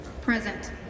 present